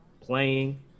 playing